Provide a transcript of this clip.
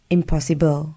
Impossible